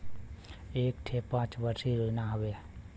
एक ठे पंच वर्षीय योजना हउवे